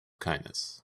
kindness